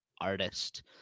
artist